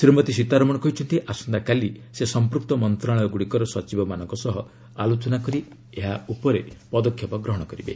ଶ୍ରୀମତୀ ସୀତାରମଣ କହିଛନ୍ତି ଆସନ୍ତାକାଲି ସେ ସମ୍ପ୍ରକ୍ତ ମନ୍ତ୍ରଣାଳୟଗୁଡ଼ିକର ସଚିବମାନଙ୍କ ସହ ଆଲୋଚନା କରି ଏହା ଉପରେ ପଦକ୍ଷେପ ଗ୍ରହଣ କରିବେ